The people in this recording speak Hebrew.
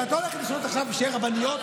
ואת לא הולכת לשנות עכשיו שיהיו רבניות,